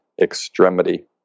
extremity